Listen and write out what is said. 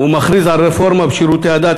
ומכריז על רפורמה בשירותי הדת,